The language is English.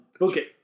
Okay